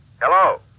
Hello